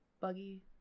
buggy